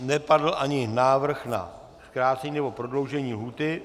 Nepadl ani návrh na zkrácení nebo prodloužení lhůty?